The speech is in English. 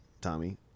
Tommy